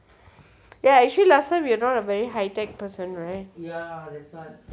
ya actually last time you are not a very high tech person right